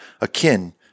akin